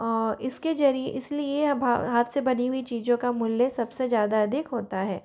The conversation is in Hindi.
इसके जरिए इसलिए हाथ से बनी हुई चीज़ों का मूल्य सबसे ज़्यादा अधिक होता है